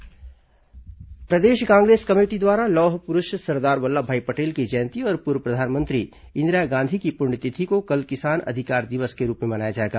कांग्रेस किसान अधिकार दिवस प्रदेश कांग्रेस कमेटी द्वारा लौह पुरूष सरदार वल्लभभाई पटेल की जयंती और पूर्व प्रधानमंत्री इंदिरा गांधी की पुण्यतिथि को कल किसान अधिकार दिवस के रूप में मनाया जाएगा